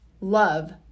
love